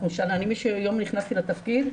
מהיום שנכנסתי לתפקיד,